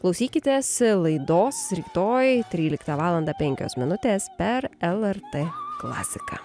klausykitės laidos rytoj tryliktą valandą penkios minutės per lrt klasiką